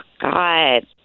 God